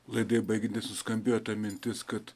laidai baigiantis nuskambėjo ta mintis kad